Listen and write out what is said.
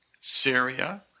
Syria